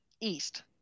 east